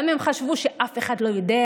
גם אם חשבו שאף אחד לא יודע,